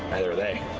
neither are they.